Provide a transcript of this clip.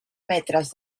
metres